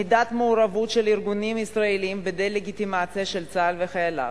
מידת מעורבותם של ארגונים ישראליים בדה-לגיטימציה של צה"ל וחייליו,